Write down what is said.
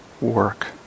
work